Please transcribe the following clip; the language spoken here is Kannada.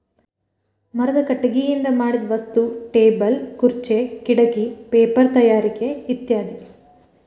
ಮರದ ಕಟಗಿಯಿಂದ ಮಾಡಿದ ವಸ್ತು ಟೇಬಲ್ ಖುರ್ಚೆ ಕಿಡಕಿ ಪೇಪರ ತಯಾರಿಕೆ ಇತ್ಯಾದಿ